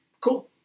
Cool